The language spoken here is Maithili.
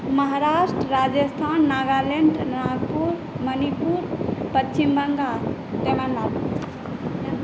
महाराष्ट्र राजस्थान नागालैण्ड नागपुर मणिपुर पश्चिम बंगाल तेलंगाना